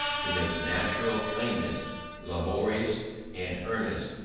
to make natural kindness laborious and earnest,